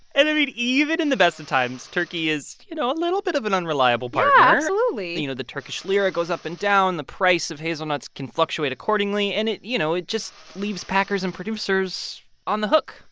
and, i mean, even in the best of times, turkey is, you know, a little bit of an unreliable partner yeah, absolutely you know, the turkish lira goes up and down. the price of hazelnuts can fluctuate accordingly. and, you know, it just leaves packers and producers on the hook.